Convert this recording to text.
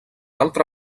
altra